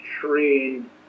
trained